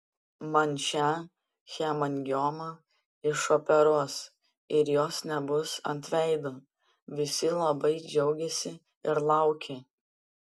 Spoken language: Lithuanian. man šią hemangiomą išoperuos ir jos nebus ant veido visi labai džiaugėsi ir laukė